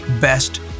best